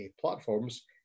platforms